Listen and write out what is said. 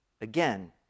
Again